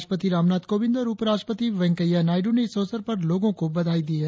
राष्ट्रपति रामनाथ कोविंद और उपराष्ट्रपति वेंकैया नायडू ने इस अवसर पर लोगों को बधाई दी है